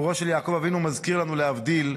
סיפורו של יעקב אבינו מזכיר לנו, להבדיל,